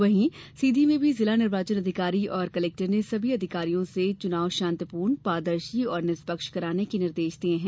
वहीं सीधी में भी जिला निर्वाचन अधिकारी और कलेक्टर ने सभी अधिकारियों से चुनाव शांतिपूर्ण पारदर्शी और निष्पक्ष कराने के निर्देश दिये हैं